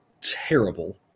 terrible